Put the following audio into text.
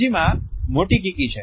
બીજીમાં મોટી કીકી છે